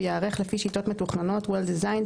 וייערך לפי שיטות מתוכננות (Well-Designed),